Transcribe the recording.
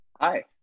Hi